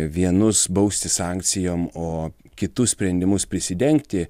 vienus bausti sankcijom o kitus sprendimus prisidengti